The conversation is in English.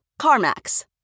CarMax